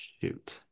shoot